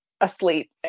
asleep